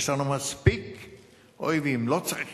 יש לנו מספיק אויבים, לא צריך יותר.